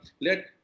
Let